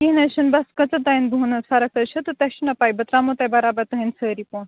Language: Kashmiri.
کیٚنٛہہ نَہ حظ چھُنہٕ بَس کٔژن تانۍ دۄہن ہنٛز فرق حظ چھِ تہٕ تۄہہِ چَھو نَہ پاے بہٕ ترامو تۄہہِ برابر تہنٛد سٲری پونٛسہٕ